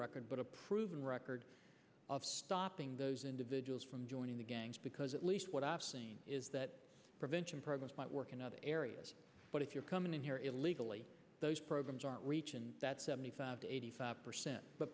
a proven record of stopping those individuals from joining the gangs because at least what i've seen is that prevention programs might work in other areas but if you're coming in here illegally those programs aren't reaching that seventy five eighty five percent but